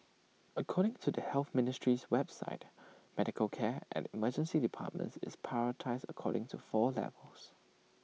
according to the health ministry's website medical care at emergency departments is prioritised according to four levels